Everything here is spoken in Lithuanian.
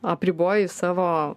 apriboji savo